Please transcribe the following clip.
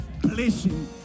blessing